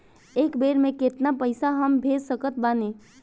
एक बेर मे केतना पैसा हम भेज सकत बानी?